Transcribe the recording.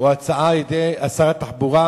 או כמו בהצעה של שר התחבורה,